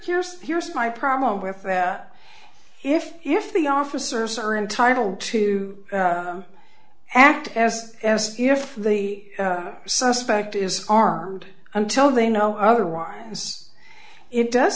here's here's my problem with that if if the officers are entitled to act as as if the suspect is armed until they know otherwise it does